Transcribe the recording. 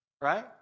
right